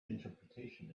interpretation